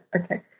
okay